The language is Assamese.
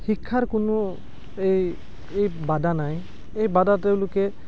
শিক্ষাৰ কোনো এই এই বাধা নাই এই বাধা তেওঁলোকে